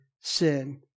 sin